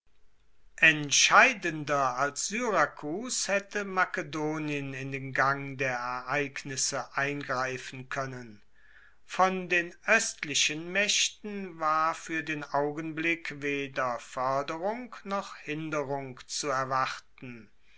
entscheidender als syrakus haette makedonien in den gang der ereignisse eingreifen koennen von den oestlichen maechten war fuer den augenblick weder foerderung noch hinderung zu erwarten